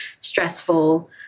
stressful